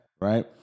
right